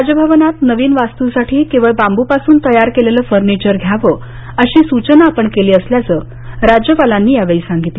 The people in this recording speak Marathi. राजभवनात नवीन वास्तूसाठी केवळ बांबूपासून तयार केलेलंच फर्निचर घ्यावं अशी सूचना आपण केली असल्याचं राज्यपालांनी सांगितलं